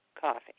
coffee